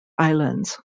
islands